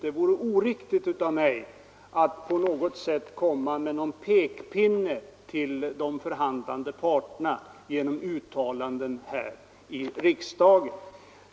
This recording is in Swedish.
Det vore oriktigt av mig att på något sätt komma med någon pekpinne till de förhandlande parterna genom uttalanden här i riksdagen.